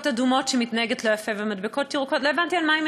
אדומות כשהיא מתנהגת לא יפה ומדבקות ירוקות,